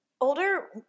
older